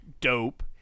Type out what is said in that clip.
dope